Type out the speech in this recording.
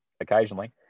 occasionally